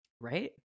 right